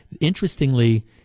Interestingly